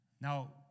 Now